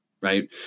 right